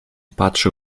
patrzył